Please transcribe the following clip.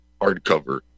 hardcover